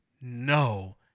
No